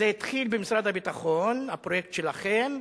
זה התחיל במשרד הביטחון, הפרויקט שלכם.